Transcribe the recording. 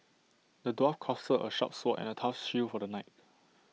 the dwarf crafted A sharp sword and A tough shield for the knight